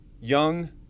Young